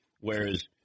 whereas